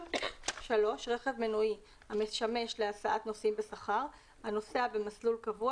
(3)רכב מנועי המשמש להסעת נוסעים בשכר הנוסע במסלול קבוע